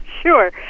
Sure